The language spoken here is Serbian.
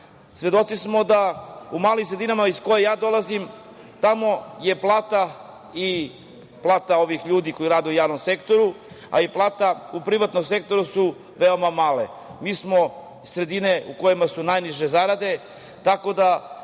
svedoci smo da u malim sredinama, iz kakve i ja dolazim, tamo su plate ljudi koji rade u javnom sektoru, a i plate u privatnom sektoru veoma male. Mi smo sredine u kojima su najniže zarade, tako da,